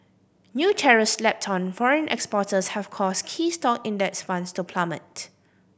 new tariffs slapped on foreign exporters have caused key stock Index Funds to plummet